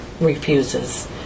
refuses